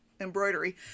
embroidery